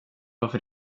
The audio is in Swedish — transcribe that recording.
varför